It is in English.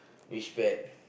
which pet